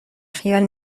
خیال